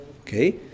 Okay